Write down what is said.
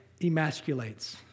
emasculates